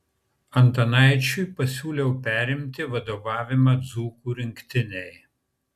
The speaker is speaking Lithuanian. antanaičiui pasiūliau perimti vadovavimą dzūkų rinktinei